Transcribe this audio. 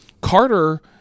Carter